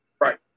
Right